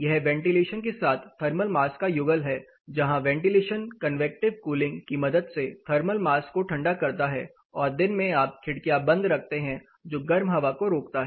यह वेंटिलेशन के साथ थर्मल मास का युगल है जहां वेंटिलेशन कन्वेकटिव कूलिंग की मदद से थर्मल मास को ठंडा करता है और दिन में आप खिड़कियां बंद रखते हैं जो गर्म हवा को रोकता है